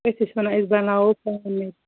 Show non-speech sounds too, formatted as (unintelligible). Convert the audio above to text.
أسۍ ٲسۍ وَنان أسۍ بَناوو (unintelligible)